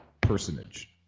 personage